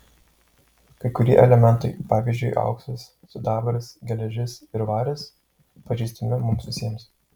kai kurie elementai pavyzdžiui auksas sidabras geležis ir varis pažįstami mums visiems